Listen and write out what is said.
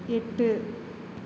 எட்டு